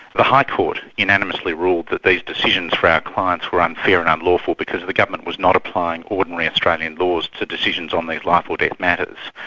the high court unanimously ruled that these decisions for our clients were unfair and unlawful because the government was not applying ordinary australian laws to decisions on these life or death matters.